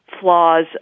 flaws